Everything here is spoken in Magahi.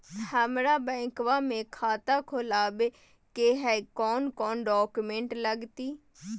हमरा बैंकवा मे खाता खोलाबे के हई कौन कौन डॉक्यूमेंटवा लगती?